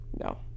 No